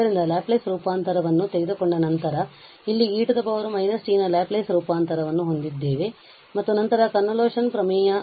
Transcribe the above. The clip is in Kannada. ಆದ್ದರಿಂದ ಲ್ಯಾಪ್ಲೇಸ್ ರೂಪಾಂತರವನ್ನು ತೆಗೆದುಕೊಂಡ ನಂತರ ಇಲ್ಲಿ e −t ನ ಲ್ಯಾಪ್ಲೇಸ್ ರೂಪಾಂತರವನ್ನು ಹೊಂದಿದ್ದೇವೆ ಮತ್ತು ನಂತರ ಕನ್ವೋಲ್ಯೂಶನ್ ಪ್ರಮೇಯ